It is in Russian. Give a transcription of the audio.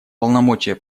полномочия